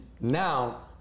Now